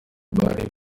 bari